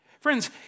Friends